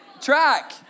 Track